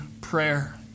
prayer